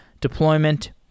deployment